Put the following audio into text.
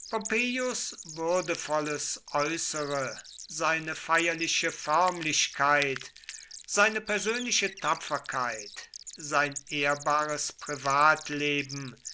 würdevolles äußere seine feierliche förmlichkeit seine persönliche tapferkeit sein ehrbares privatleben